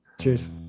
cheers